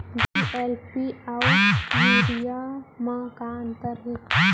DAP अऊ urea म का अंतर हे?